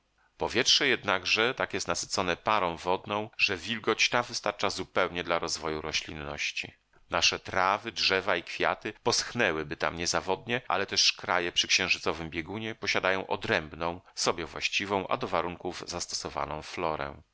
powietrze jednakże tak jest nasycone parą wodną że wilgoć ta wystarcza zupełnie dla rozwoju roślinności nasze trawy drzewa i kwiaty poschnęłyby tam niezawodnie ale też kraje przy księżycowym biegunie posiadają odrębną sobie właściwą a do warunków zastosowaną florę